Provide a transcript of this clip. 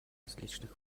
различных